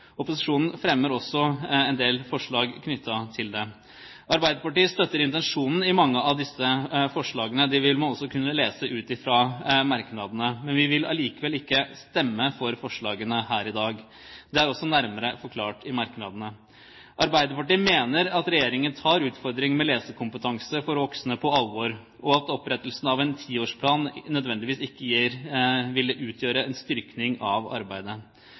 Opposisjonen fremmer også en del forslag knyttet til det. Arbeiderpartiet støtter intensjonen i mange av disse forslagene. Det vil man også kunne lese ut fra merknadene. Men vi vil allikevel ikke stemme for forslagene her i dag. Det er også nærmere forklart i merknadene. Arbeiderpartiet mener at regjeringen tar utfordringen med lesekompetanse for voksne på alvor, og at opprettelsen av en tiårsplan ikke nødvendigvis vil utgjøre en styrking av arbeidet.